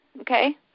Okay